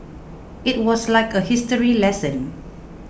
it was like a history lesson